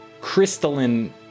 crystalline